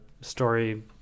story